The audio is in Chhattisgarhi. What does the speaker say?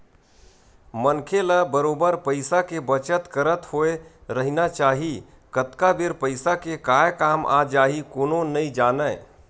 मनखे ल बरोबर पइसा के बचत करत होय रहिना चाही कतका बेर पइसा के काय काम आ जाही कोनो नइ जानय